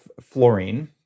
fluorine